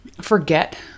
forget